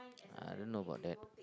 I don't know about that